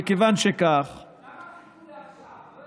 למה חיכו לעכשיו?